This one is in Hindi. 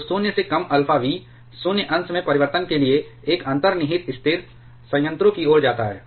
तो 0 से कम अल्फा v शून्य अंश में परिवर्तन के लिए एक अंतर्निहित स्थिर संयंत्रों की ओर जाता है